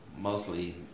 mostly